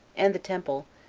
and the temple,